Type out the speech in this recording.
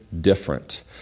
different